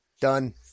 Done